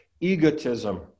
Egotism